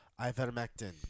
Ivermectin